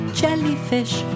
jellyfish